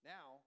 Now